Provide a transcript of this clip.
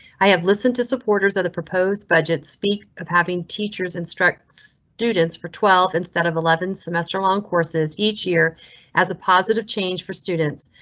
i have listened to supporters of the proposed budget speak of having teachers instruct students for twelve instead of eleven semester long courses each year as a positive change for students.